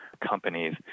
companies